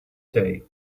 day